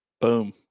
Boom